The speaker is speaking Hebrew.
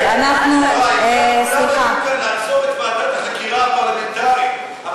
העיקר כולם היו כאן לעצור את ועדת החקירה הפרלמנטרית.